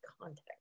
context